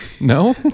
No